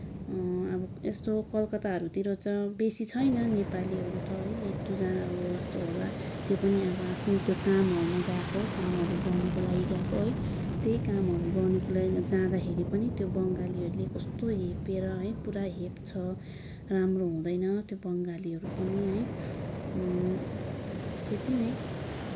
अब यस्तो कलकत्ताहरूतिर त बेसी छैन नेपालीहरू त एक दुईजनाहरू जस्तो होला त्यो पनि अब आफ्नो त्यो कामहरूमा गएको कामहरू गर्नको लागि गएको है त्यही कामहरू गर्नको लागि जाँदाखेरि पनि त्यो बङ्गालीहरूले कस्तो हेपेर है पुरा हेप्छ राम्रो हुँदैन त्यो बङ्गालीहरू पनि है त्यति नै